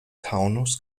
taunus